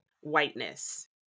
whiteness